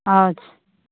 अच्छा